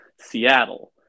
Seattle